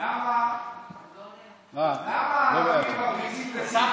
למה הערבים מרביצים, שמו